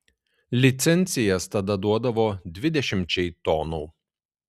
licencijas tada duodavo dvidešimčiai tonų